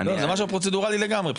פרוצדורלי לגמרי.